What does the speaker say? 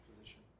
position